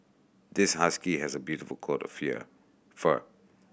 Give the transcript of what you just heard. this husky has a beautiful coat of fur